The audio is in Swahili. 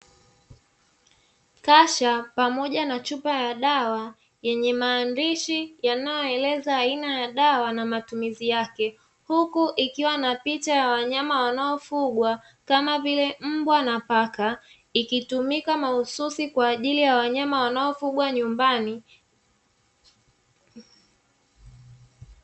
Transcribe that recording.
Kasha pamoja na chupa ya dawa yenye maandishi yanayoeleza aina ya dawa na matumizi yake, huku ikiwa na picha ya wanyama wanaofugwa kama vile mbwa na paka; ikitumika mahususi kwa ajili ya wanyama wanaofugwa nyumbani.